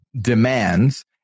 demands